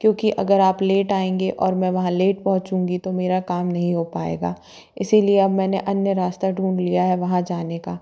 क्योंकि अगर आप लेट आएंगे और मैं वहाँ लेट पहुंचूंगी तो मेरा काम नहीं हो पाएगा इसीलिए मैंने अब अन्य रास्ता ढूंढ लिया है वहाँ जाने का